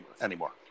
anymore